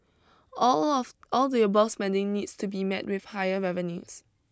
all of all the above spending needs to be met with higher revenues